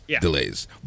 delays